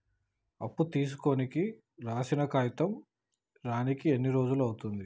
అప్పు తీసుకోనికి రాసిన కాగితం రానీకి ఎన్ని రోజులు అవుతది?